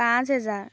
পাঁচ হেজাৰ